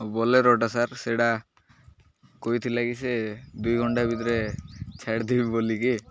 Bolero sir ସେଇଟା କହିଥିଲା କିି ସେ ଦୁଇ ଘଣ୍ଟା ଭିତରେ ଛାଡ଼ିଥିବି ବୋଲିକି